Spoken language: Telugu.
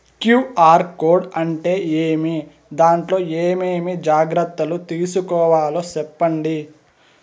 క్యు.ఆర్ కోడ్ అంటే ఏమి? దాంట్లో ఏ ఏమేమి జాగ్రత్తలు తీసుకోవాలో సెప్పండి?